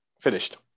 Finished